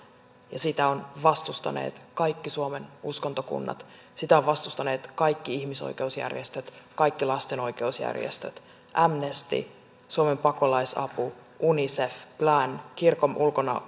ja sitä ovat vastustaneet kaikki suomen uskontokunnat sitä ovat vastustaneet kaikki ihmisoikeusjärjestöt kaikki lastenoikeusjärjestöt amnesty suomen pakolaisapu unicef plan kirkon ulkomaanapu